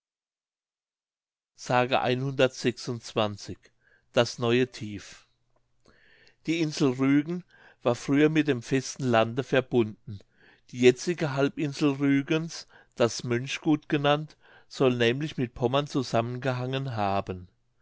das neue tief die insel rügen war früher mit dem festen lande verbunden die jetzige halbinsel rügens das mönchgut genannt soll nämlich mit pommern zusammengehangen haben